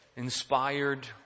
inspired